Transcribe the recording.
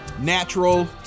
natural